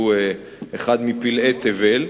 שהוא אחד מפלאי תבל.